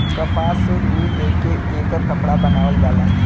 कपास से रुई ले के एकर कपड़ा बनावल जाला